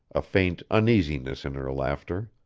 a faint uneasiness in her laughter.